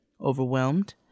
Overwhelmed